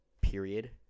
period